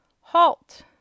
HALT